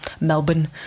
melbourne